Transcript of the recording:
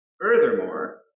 Furthermore